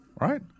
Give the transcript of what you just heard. right